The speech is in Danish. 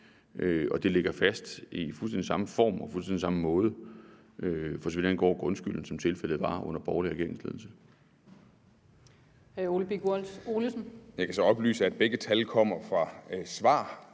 og det ligger fast i fuldstændig samme form og på fuldstændig samme måde, for så vidt angår grundskylden, som tilfældet var under borgerlig regeringsledelse.